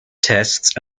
tests